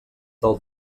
del